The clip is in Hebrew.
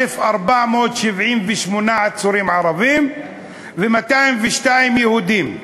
1,478 עצורים ערבים ו-202 יהודים,